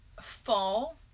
fall